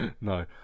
no